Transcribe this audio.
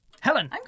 Helen